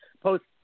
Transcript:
Post